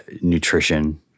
nutrition